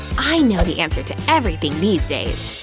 i know the answer to everything these days.